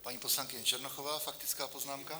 Paní poslankyně Černochová s faktickou poznámkou.